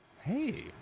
hey